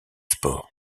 sports